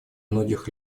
многих